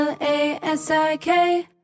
L-A-S-I-K